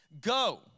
go